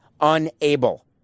unable